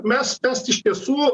mes iš tiesų